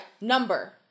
number